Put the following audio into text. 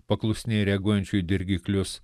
paklusniai reaguojančių į dirgiklius